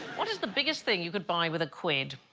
what is the biggest thing you could buy with a quid?